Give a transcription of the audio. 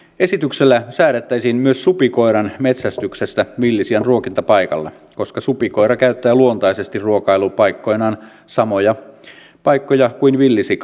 esityksellä säädettäisiin myös supikoiran metsästyksestä villisian ruokintapaikalla koska supikoira käyttää luontaisesti ruokailupaikkoinaan samoja paikkoja kuin villisika